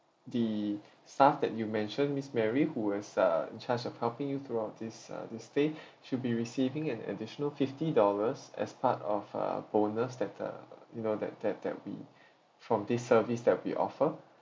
the staff that you mentioned miss mary who is uh in charge of helping you throughout this uh this stay she'll be receiving an additional fifty dollars as part of a bonus that uh you know that that that we from this service that we offer